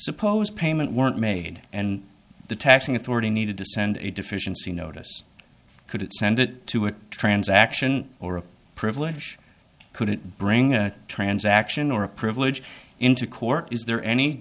suppose payment weren't made and the taxing authority needed to send a deficiency notice could it send it to a transaction or a privilege couldn't bring a transaction or a privilege into court is there any